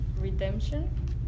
Redemption